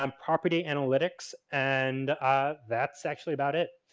um property analytics, and that's actually about it.